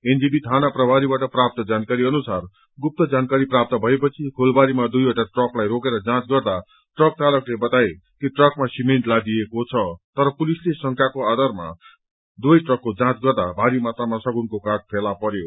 NJP थाना प्रभारीबाट प्राप्त जानकारी अनुसार गुप्त जानकारी प्राप्त भएपछि फूलबारीमा दुइवटा ट्रकलाई रोकेर जाँच गर्दा ट्रक चालकले बताए कि ट्रकमा सिमेन्ट लादिएके छ तर पुलिसले शकको आधारमा दुवै ट्रकको जाँच गर्दा भारी मात्रामा सगुनको काठ पाइयो